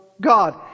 God